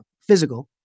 physical